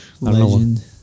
Legend